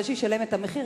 זה שישלם את המחיר,